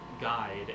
guide